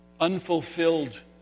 Unfulfilled